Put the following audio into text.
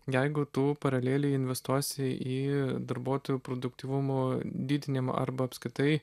jeigu tu paraleliai investuosi į darbuotojų produktyvumo didinimą arba apskritai